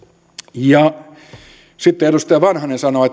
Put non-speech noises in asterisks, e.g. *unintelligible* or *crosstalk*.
sitten edustaja vanhanen sanoi *unintelligible*